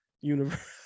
universe